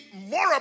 more